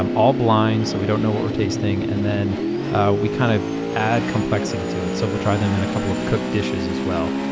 um all blind, so we don't know what we're tasting. and then we kind of add complexity to it. so we'll try them in a couple of cooked dishes as well.